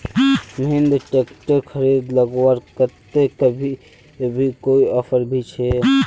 Mahindra tractor खरीद लगवार केते अभी कोई ऑफर भी छे?